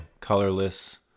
colorless